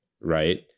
right